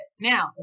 Now